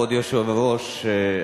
כבוד היושב-ראש,